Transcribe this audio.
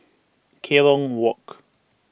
Kerong Walk